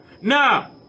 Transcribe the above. Now